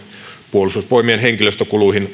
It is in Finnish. puolustusvoimien henkilöstökuluihin